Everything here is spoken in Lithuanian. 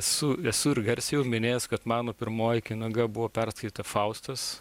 su esu ir garsiai minėjęs kad mano pirmoji knyga buvo perskaita faustas